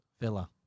Villa